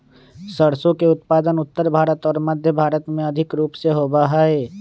सरसों के उत्पादन उत्तर भारत और मध्य भारत में अधिक रूप से होबा हई